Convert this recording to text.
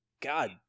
god